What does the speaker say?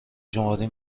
شماری